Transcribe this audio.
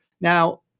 Now